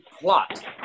plot